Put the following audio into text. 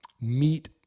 meat